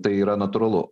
tai yra natūralu